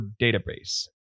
database